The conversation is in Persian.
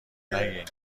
نگین